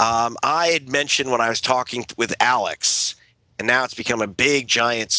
i had mentioned when i was talking with alex and now it's become a big giant